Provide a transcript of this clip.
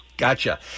Gotcha